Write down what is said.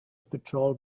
patrolled